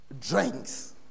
drinks